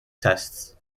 tests